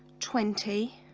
twenty